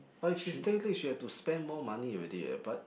but if she stay late she had to spend more money already eh but